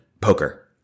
poker